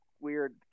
weird